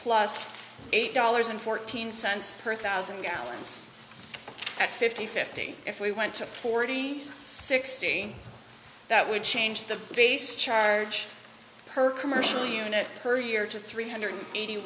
plus eight dollars and fourteen cents per thousand gallons at fifty fifty if we want to forty sixty that would change the base charge per commercial unit per year to three hundred eighty